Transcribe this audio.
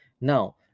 Now